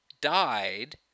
died